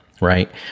right